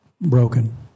broken